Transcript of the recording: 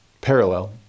parallel